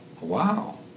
Wow